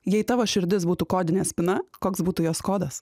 jei tavo širdis būtų kodinė spyna koks būtų jos kodas